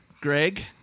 Greg